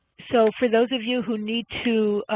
so for those of you who need to